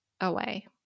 away